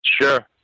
Sure